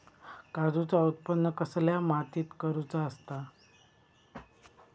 काजूचा उत्त्पन कसल्या मातीत करुचा असता?